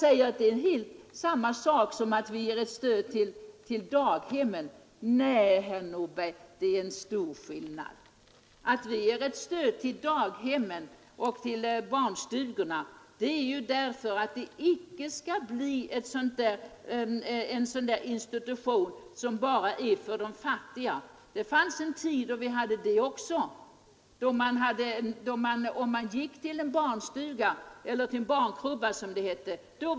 Nej, herr Nordberg, det är en stor skillnad. Vi ger ett allmänt stöd till daghemmen och till barnstugorna och icke till de fattiga för att icke få särinstitutioner. Det fanns en tid då man var märkt om man gick till en barnkrubba, som det hette då.